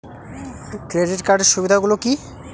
Credit কার্ডের সুবিধা গুলো কি?